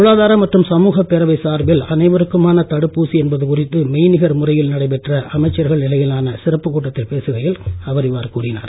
பொருளாதார மற்றும் சமூக பேரவை சார்பில் அனைவருக்குமான தடுப்பூசி என்பது குறித்து மெய்நிகர் முறையில் நடைபெற்ற அமைச்சர்கள் நிலையிலான சிறப்புக் கூட்டத்தில் பேசுகையில் அவர் இவ்வாறு கூறினார்